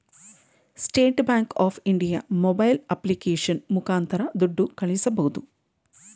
state Bank of India mobile application ಮುಖಾಂತರ ದುಡ್ಡು ಕಳಿಸಬೋದು